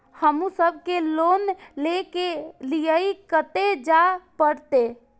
हमू सब के लोन ले के लीऐ कते जा परतें?